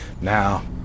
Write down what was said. Now